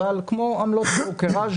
אבל כמו עמלות ברוקראז',